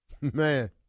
Man